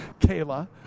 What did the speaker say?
Kayla